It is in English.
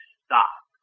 stop